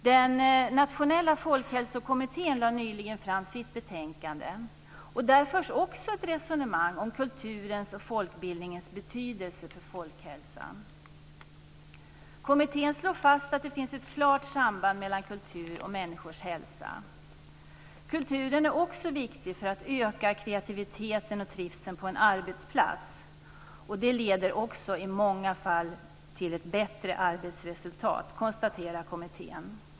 Den nationella folkhälsokommittén lade nyligen fram sitt betänkande. Där förs också ett resonemang om kulturens och folkbildningens betydelse för folkhälsan. Kommittén slår fast att det finns ett klart samband mellan kultur och människors hälsa. Kulturen är också viktig för att öka kreativiteten och trivseln på en arbetsplats. Det leder också i många fall till ett bättre arbetsresultat, konstaterar kommittén.